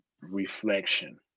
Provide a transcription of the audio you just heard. reflection